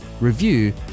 review